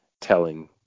telling